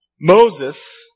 Moses